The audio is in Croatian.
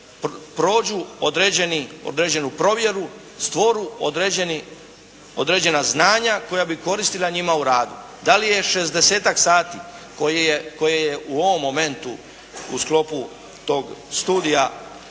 prođu određenu provjeru, stvore određena znanja koja bi koristila njima u radu. Da li je 60-tak sati koje je u ovom momentu u sklopu tog studija